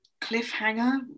cliffhanger